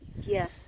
Yes